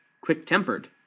quick-tempered